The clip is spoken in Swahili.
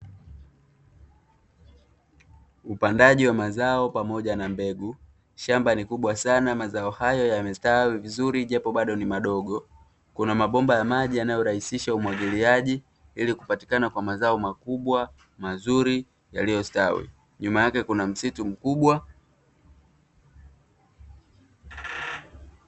Upandaji wa mazao pamoja na mbegu, shamba ni kubwa sana. Mazao hayo yamestawi vizuri japo bado ni madogo, kuna mabomba ya maji yanayorahisisha umwagiliaji ili kupatikana kwa mazao makubwa mazuri, yaliyostawi, nyuma yake kuna msitu mkubwa.